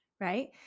right